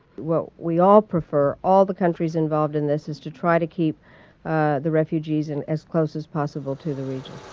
well, we all prefer all the countries involved in this, is to try to keep the refugees and as as close as possible to the region.